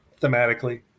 thematically